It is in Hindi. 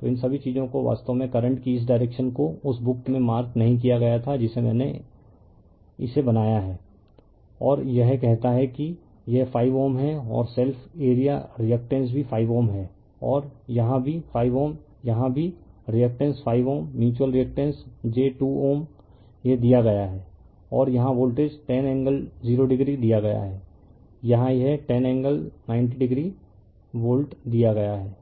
तो इन सभी चीजों को वास्तव में करंट की इस डायरेक्शन को उस बुक में मार्क नहीं किया गया था जिसे मैंने इसे बनाया है और यह कहता है कि यह 5Ω है और सेल्फ एरिया रिअक्टेंस भी 5Ω है और यहां भी 5Ω यहां भी रिअक्टेंस 5Ω म्यूच्यूअल रिअक्टेंस j 2Ω है यह दिया गया है और यहां वोल्टेज 10 एंगल 0 डिग्री दिया गया है यहां यह 10 एंगल 90 डिग्री वोल्ट दिया गया है